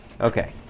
Okay